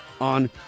on